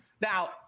Now